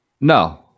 No